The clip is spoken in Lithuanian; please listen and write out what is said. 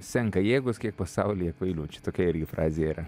senka jėgos kiek pasaulyje kvailių čia tokia irgi frazė yra